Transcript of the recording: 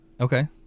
Okay